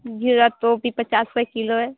गिरा तो अभी पचास रुपये किलो है